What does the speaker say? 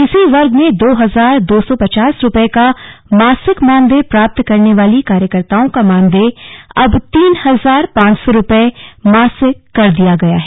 इसी वर्ग में दो हजार दो सौ पचास रुपए का मासिक मानदेय प्राप्त करने वाली कार्यकर्ताओं का मानदेय अब तीन हजार पांच सौ रुपए मासिक कर दिया गया है